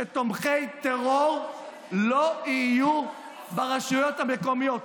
שתומכי טרור לא יהיו ברשויות המקומיות.